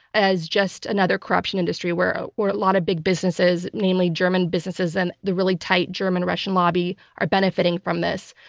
as just another corruption industry where ah a lot of big businesses, namely german businesses and the really tight german russian lobby are benefiting from this.